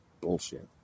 Bullshit